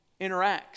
interacts